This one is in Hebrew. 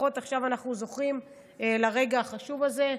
לפחות עכשיו אנחנו זוכים לרגע החשוב הזה.